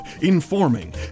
informing